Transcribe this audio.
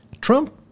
Trump